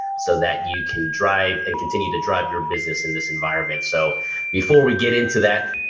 so that you can drive and continue to drive your business in this environment. so before we get into that,